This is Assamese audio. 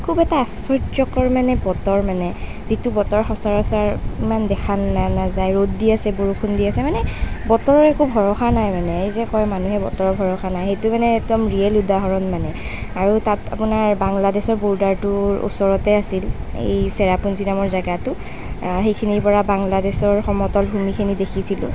খুব এটা আচৰ্য্যকৰ মানে বতৰ মানে যিটো বতৰ সচৰাচৰ ইমান দেখা নাযায় ৰ'দ দি আছে বৰষুণ দি আছে মানে বতৰৰ একো ভৰসা নাই মানে এই যে কয় মানুহে যে বতৰৰ ভৰসা নাই সেইটো মানে একদম ৰিয়েল উদাহৰণ মানে আৰু তাত আপোনাৰ বাংলাদেশৰ বৰ্ডাৰটো ওচৰতে আছিল এই ছেৰাপুঞ্জী নামৰ জেগাটো সেইখিনিৰ পৰা বাংলাদেশৰ সমতল ভূমিখিনি দেখিছিলোঁ